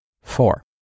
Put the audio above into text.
Four